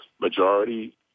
majority